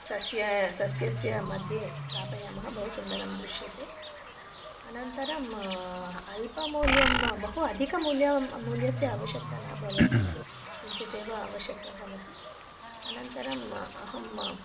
सस्यं सस्यस्य मध्ये स्थापयामः बहु सुन्दरं दृश्यते अनन्तरम् अल्पमूल्यं बहु अधिकमूल्यं मूल्यस्य आवश्यकता न भवति किञ्चितेव आवश्यक्ता भवति अनन्तरम् अहम्